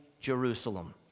Jerusalem